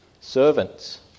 servants